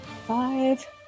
Five